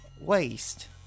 waste